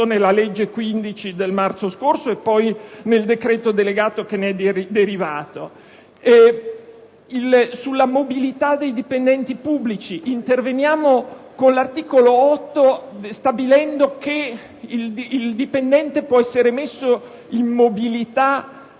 nella legge n. 15 del marzo scorso e poi nel decreto delegato che ne è derivato. Sulla mobilità dei dipendenti pubblici interveniamo con l'articolo 8, stabilendo che un dipendente possa essere messo in mobilità